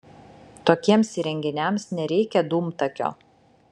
tokiems įrenginiams nereikia dūmtakio